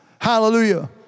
Hallelujah